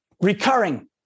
recurring